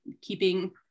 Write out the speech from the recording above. keeping